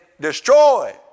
destroy